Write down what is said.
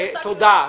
תודה.